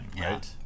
right